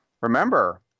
Remember